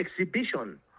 exhibition